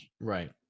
Right